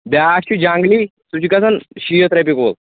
بیٛاکھ چھُ جانٛگنی سُہ چھِ گژھان شیٖتھ رۄپیہِ کُل